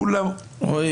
כולם -- רואים.